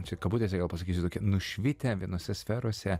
čia kabutėse gal pasakysiu tokie nušvitę vienose sferose